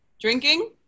Drinking